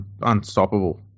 Unstoppable